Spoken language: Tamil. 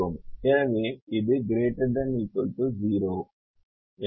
எனவே இது ≥ 0 ஆக இருக்கும்